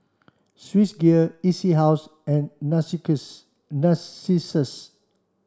Swissgear E C House and Narcissus